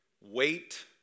wait